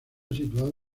situado